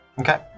Okay